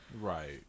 right